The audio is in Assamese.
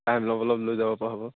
টাইম অলপ অলপ লৈ যাব পৰা হ'ব